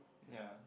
ya